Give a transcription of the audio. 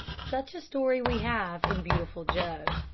such a story we have in beautiful joe.